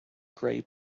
grey